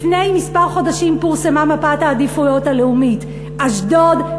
לפני כמה חודשים פורסמה מפת העדיפויות הלאומיות: אשדוד,